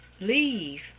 leave